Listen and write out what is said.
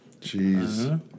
Jeez